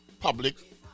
public